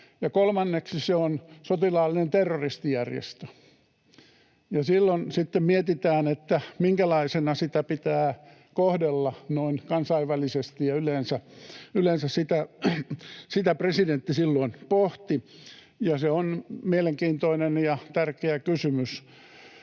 kolmanneksi se on sotilaallinen terroristijärjestö. Ja silloin sitten mietitään, minkälaisena sitä pitää kohdella noin kansainvälisesti, ja yleensä sitä presidentti silloin pohti, ja se on mielenkiintoinen ja tärkeä kysymys.